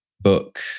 book